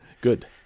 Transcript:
Good